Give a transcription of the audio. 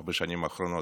בארבע השנים האחרונות.